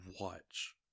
watch